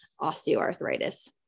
osteoarthritis